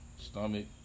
Stomach